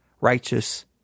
righteous